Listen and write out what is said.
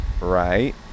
right